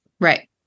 Right